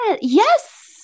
yes